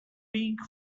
pink